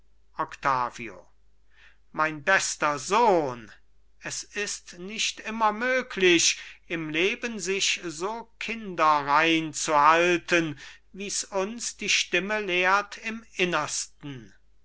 octavio mein bester sohn es ist nicht immer möglich im leben sich so kinderrein zu halten wie's uns die stimme lehrt im innersten